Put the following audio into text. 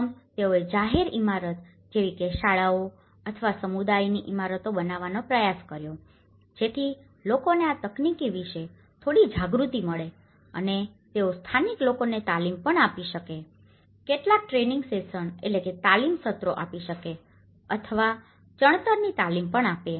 પ્રથમ તેઓએ જાહેર ઇમારત જેવી કે શાળાઓ અથવા સમુદાયની ઇમારતો બનાવવાનો પ્રયાસ કર્યો જેથી લોકોને આ તકનીકી વિશે થોડી જાગૃતિ મળે અને તેઓ સ્થાનિક લોકોને તાલીમ પણ આપી શકે કેટલાક ટ્રેનીંગ સેસનtraining sessionતાલીમ સત્રો આપી શકે અથવા ચણતરની તાલીમ પણ આપે